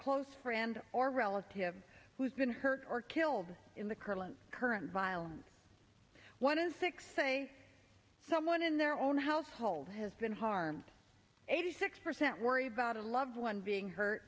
close friend or relative who's been hurt or killed in the current current violence one in six say someone in their own household has been harmed eighty six percent worried about a loved one being hurt